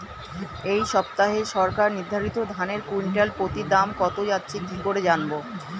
এই সপ্তাহে সরকার নির্ধারিত ধানের কুইন্টাল প্রতি দাম কত যাচ্ছে কি করে জানবো?